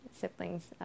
siblings